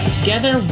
Together